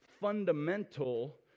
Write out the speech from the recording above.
fundamental